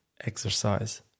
exercise